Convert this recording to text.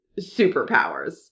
superpowers